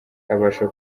abasha